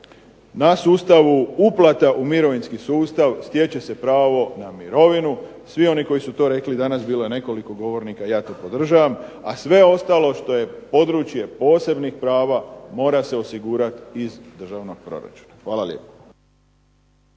u sustava uplata u mirovinski sustav stječe se pravo na mirovinu, svi koji su to rekli danas, bilo je nekoliko govornika i ja to podržavam, a sve ostalo što je područje posebnih prava mora se osigurati iz državnog proračuna. Hvala lijepo.